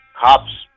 Cops